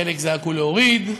חלק זעקו להוריד,